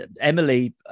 Emily